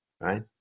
right